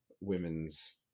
women's